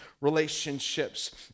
relationships